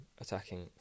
attacking